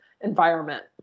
environment